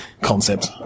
concept